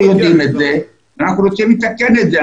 יודעים את זה ואנחנו רוצים לתקן את זה.